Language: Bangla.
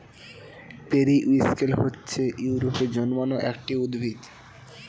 পেরিউইঙ্কেল হচ্ছে ইউরোপে জন্মানো একটি উদ্ভিদ